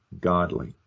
godly